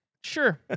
Sure